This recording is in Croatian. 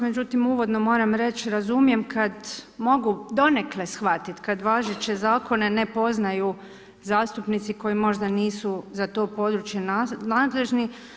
Međutim, uvodno moram reći, razumijem kada mogu donekle shvatiti kad važeće zakone ne poznaju zastupnici koji možda nisu za to područje nadležni.